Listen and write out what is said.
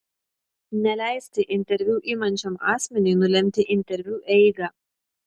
neleisti interviu imančiam asmeniui nulemti interviu eigą